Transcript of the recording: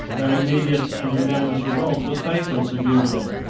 their immediate and unanimous revolt was fatal to julian,